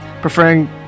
preferring